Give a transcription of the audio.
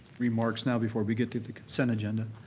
remarks now before we get to the consent agenda,